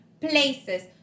places